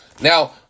Now